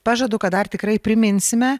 pažadu kad dar tikrai priminsime